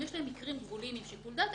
אם יש להם מקרים גבוליים שמצריכים שיקול דעת,